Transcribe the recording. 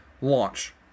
launch